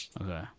Okay